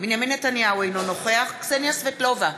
בנימין נתניהו, אינו נוכח קסניה סבטלובה,